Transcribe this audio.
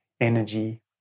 energy